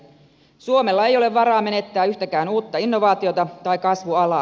suomella ei ole varaa menettää yhtäkään uutta innovaatiota tai kasvualaa